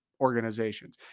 organizations